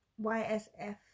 YSF